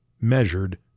measured